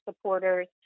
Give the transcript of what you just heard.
supporters